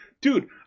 dude